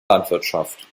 landwirtschaft